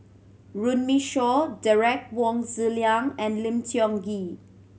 Runme Shaw Derek Wong Zi Liang and Lim Tiong Ghee